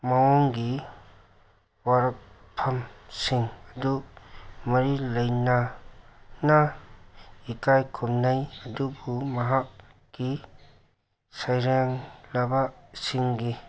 ꯃꯑꯣꯡꯒꯤ ꯋꯥꯔꯛꯐꯝꯁꯤꯡ ꯑꯗꯨ ꯃꯔꯤ ꯂꯩꯅꯅ ꯏꯀꯥꯏ ꯈꯨꯝꯅꯩ ꯑꯗꯨꯕꯨ ꯃꯍꯥꯛꯀꯤ ꯁꯩꯔꯦꯡꯂꯕꯁꯤꯡꯒꯤ